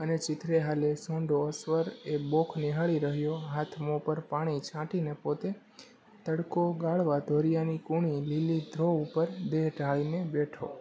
અને ચીંથરેહાલ એ સૂંડો અસવાર એ બોખ નિહાળી રહ્યો હાથ મોં પર પાણી છાંટીને પોતે તડકો ગાળવા ધોરિયાની કુણી લીલી ધ્રો ઉપર દેહ ઢાળીને બેઠો